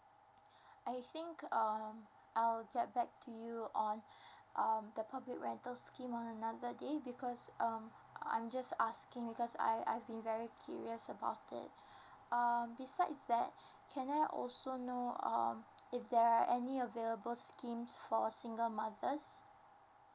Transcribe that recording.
I think um I will get back to you on um the public rental scheme on another day because um I'm just asking because I I've been very curious about it um besides that can I also know um if there are any available schemes for single mothers